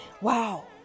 Wow